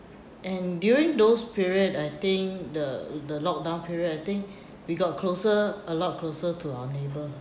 and during those period I think the the locked down period I think we got closer a lot closer to our neighbour